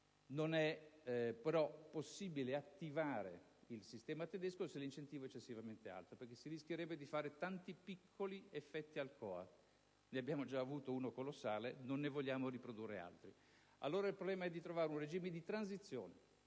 Non è però possibile attivare il sistema tedesco se l'incentivo è eccessivamente alto, perché si rischierebbe di avere tanti piccoli effetti Alcoa. Ne abbiamo già avuto uno colossale, e non ne vogliamo riprodurre altri. Allora, il problema è di individuare un regime di transizione;